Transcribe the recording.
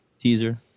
Teaser